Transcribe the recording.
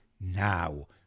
Now